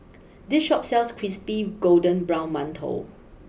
this Shop sells Crispy Golden Brown Mantou